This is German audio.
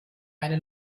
eine